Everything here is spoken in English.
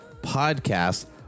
podcast